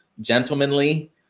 gentlemanly